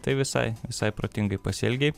tai visai visai protingai pasielgei